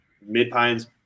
Mid-Pines